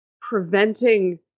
preventing